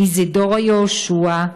איזדורה יהושע,